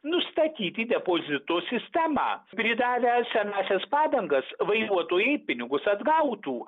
nustatyti depozito sistema pridavę senąsias padangas vairuotojai pinigus atgautų